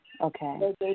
Okay